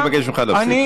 אני מבקש ממך להפסיק.